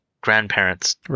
grandparents